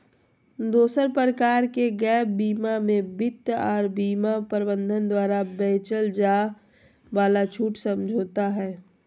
दोसर प्रकार के गैप बीमा मे वित्त आर बीमा प्रबंधक द्वारा बेचल जाय वाला छूट समझौता हय